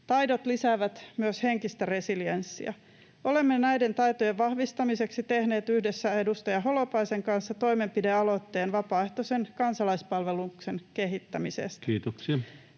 Taidot lisäävät myös henkistä resilienssiä. Olemme näiden taitojen vahvistamiseksi tehneet yhdessä edustaja Holopaisen kanssa toimenpidealoitteen vapaaehtoisen kansalaispalveluksen kehittämisestä. [Puhemies: